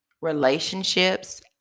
relationships